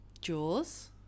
Jaws